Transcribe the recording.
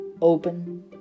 open